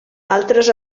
altres